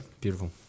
beautiful